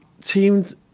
teamed